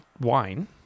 wine